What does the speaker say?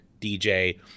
DJ